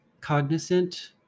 cognizant